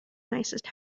nicest